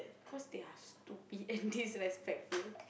cause they are stupid and disrespectful